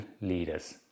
leaders